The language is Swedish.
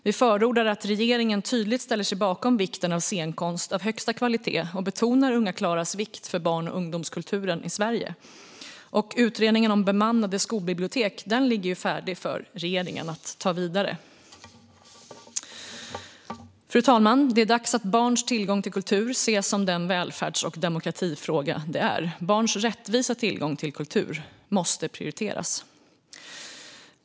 Vi förordar att regeringen tydligt ställer sig bakom vikten av scenkonst av högsta kvalitet och betonar Unga Klaras vikt för barn och ungdomskulturen i Sverige. Och utredningen om bemannade skolbibliotek ligger färdig för regeringen att ta vidare. Fru talman! Det är dags att barns tillgång till kultur ses som den välfärds och demokratifråga den är. Barns rättvisa tillgång till kultur måste prioriteras.